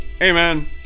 amen